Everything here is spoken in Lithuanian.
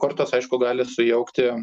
kortas aišku gali sujaukti